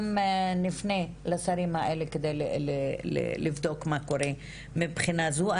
נפנה לשרים האלה כדי לבדוק מה קורה מבחינה זאת.